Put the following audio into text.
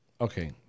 Okay